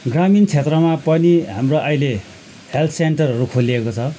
ग्रामीण क्षेत्रमा पनि हाम्रो अहिले हेल्थ सेन्टरहरू खोलिएको छ